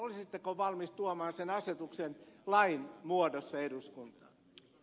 olisitteko valmis tuomaan sen asetuksen lain muodossa eduskuntaan